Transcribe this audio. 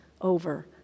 over